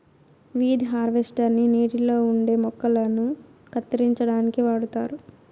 weed harvester ని నీటిలో ఉండే మొక్కలను కత్తిరించడానికి వాడుతారు